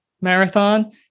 marathon